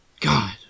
God